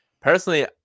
personally